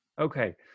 Okay